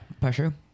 pressure